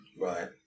Right